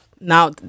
now